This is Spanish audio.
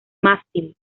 mástil